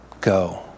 Go